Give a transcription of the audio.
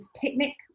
picnic